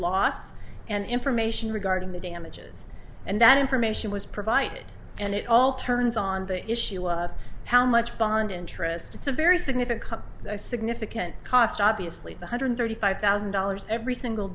loss and information regarding the damages and that information was provided and it all turns on the issue of how much beyond interest it's a very significant significant cost obviously one hundred thirty five thousand dollars every single